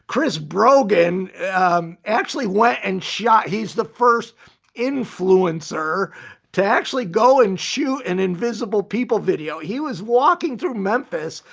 chris brogan actually went and shot, he's the first influencer to actually go and shoot an invisible people video. he was walking through memphis,